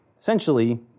essentially